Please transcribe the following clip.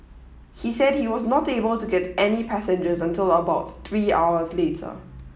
he said he was not able to get any passengers until about three hours later